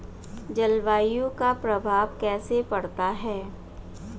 जलवायु का प्रभाव कैसे पड़ता है?